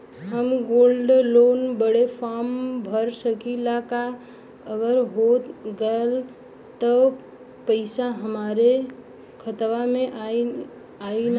हम gold loan बड़े form भर सकी ला का अगर हो गैल त पेसवा हमरे खतवा में आई ना?